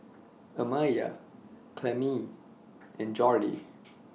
Amaya Clemmie and Jordy